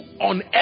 on